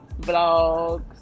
vlogs